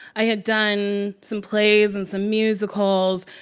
i had done some plays and some musicals.